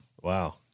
Wow